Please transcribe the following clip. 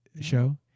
show